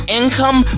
income